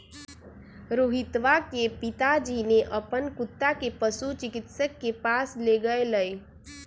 रोहितवा के पिताजी ने अपन कुत्ता के पशु चिकित्सक के पास लेगय लय